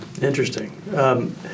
Interesting